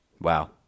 wow